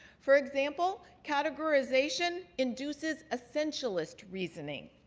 for example, categorization induces essentialist reasoning.